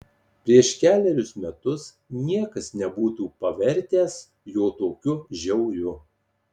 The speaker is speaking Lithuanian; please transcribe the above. prieš kelerius metus niekas nebūtų pavertęs jo tokiu žiauriu